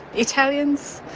italians,